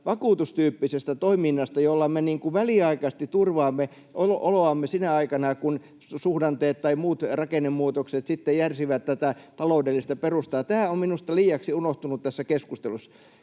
vakuutustyyppisestä toiminnasta, jolla me väliaikaisesti turvaamme oloamme sinä aikana, kun suhdanteet tai muut rakennemuutokset sitten järsivät tätä taloudellista perustaa, on minusta liiaksi unohtunut tässä keskustelussa.